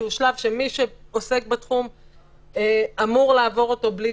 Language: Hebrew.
שהוא שלב שמי שעוסק בתחום אמור לעבור אותו בלי